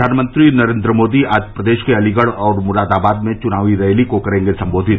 प्रधानमंत्री नरेन्द्र मोदी आज प्रदेश के अलीगढ़ और मुरादाबाद में चुनावी रैली को करेंगे संबोधित